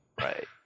right